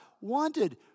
wanted